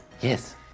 Yes